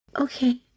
okay